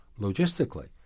logistically